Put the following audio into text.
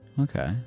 Okay